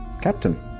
captain